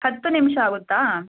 ಹತ್ತು ನಿಮಿಷ ಆಗುತ್ತಾ